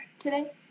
today